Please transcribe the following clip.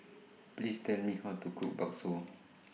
Please Tell Me How to Cook Bakso